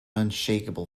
unshakeable